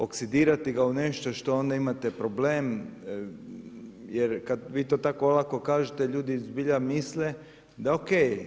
Oksidirati ga u nešto što on nema, onda imate problem jer kada vi to tako olako kažete ljudi zbilja misle da ok.